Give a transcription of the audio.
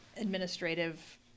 administrative